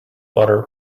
butter